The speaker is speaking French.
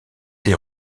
des